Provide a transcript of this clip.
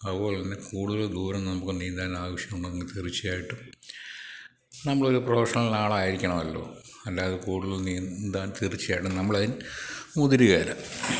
അതുപോലെതന്നെ കൂടുതൽ ദൂരം നമുക്ക് നീന്താൻ ആവശ്യമുണ്ടെങ്കിൽ തീർച്ചയായിട്ടും നമ്മളൊരു പ്രൊഫഷണൽ ആളായിരിക്കണമല്ലോ അല്ലാതെ കൂടുതൽ നീന്താൻ തീർച്ചയായിട്ടും നമ്മളതിന് മുതിരുകേല